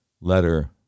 letter